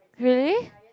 really